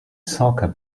soccer